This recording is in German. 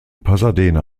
pasadena